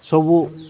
ସବୁ